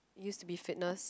used to be fitness